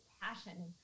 passion